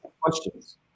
questions